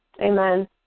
Amen